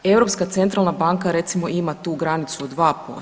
Europska centralna banka recimo ima tu granicu od 2%